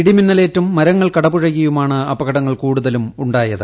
ഇടിമിന്നലേറ്റും മരങ്ങൾ കടപുഴകിയുമാണ് അപകടങ്ങൾ കൂടുതലും ഉ ായത്